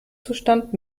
zustand